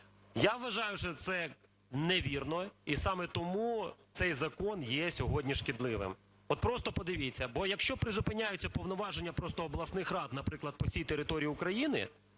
Я вважаю, що це невірно і саме тому цей закон є сьогодні шкідливим. От просто подивіться. Бо, якщо призупиняються повноваження просто обласних рад, наприклад, по всій території України,